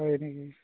হয় নেকি